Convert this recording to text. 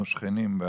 אנחנו שכנים,